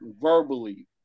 verbally